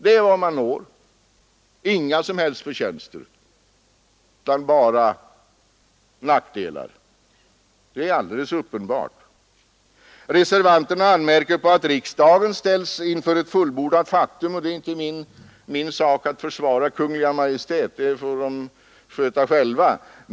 Det är vad man når — inga som helst förtjänster utan bara nackdelar. Det är alldeles uppenbart. Reservanterna anmärker på att riksdagen ställs inför ett fullbordat faktum. Det är inte min sak att försvara Kungl. Maj:t — det får regeringen sköta själv.